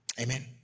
Amen